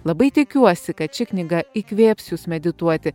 labai tikiuosi kad ši knyga įkvėps jus medituoti